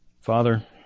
Father